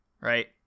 right